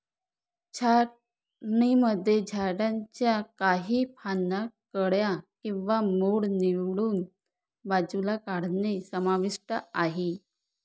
छाटणीमध्ये झाडांच्या काही फांद्या, कळ्या किंवा मूळ निवडून बाजूला काढणे समाविष्ट आहे